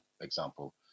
example